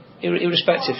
irrespective